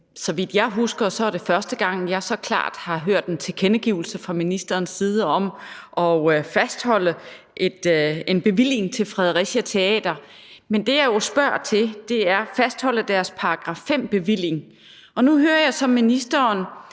Så vidt jeg husker, er det første gang, jeg så klart har hørt en tilkendegivelse fra ministerens side om at fastholde en bevilling til Fredericia Teater. Men det, jeg jo spørger til, er, om de kan fastholde deres § 5-bevilling. Og nu hører jeg så ministeren